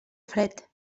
fred